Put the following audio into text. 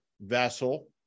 vessel